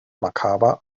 makaber